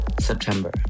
September